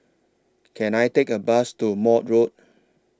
Can I Take A Bus to Maude Road